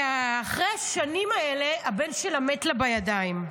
אחרי השנים האלה, הבן שלה מת לה בידיים.